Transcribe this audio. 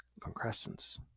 concrescence